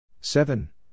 seven